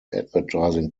advertising